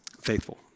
faithful